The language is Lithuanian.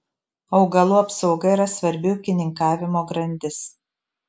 augalų apsauga yra svarbi ūkininkavimo grandis